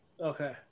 Okay